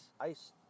ice